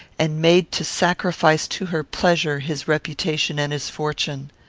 and made to sacrifice to her pleasure his reputation and his fortune.